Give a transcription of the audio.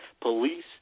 police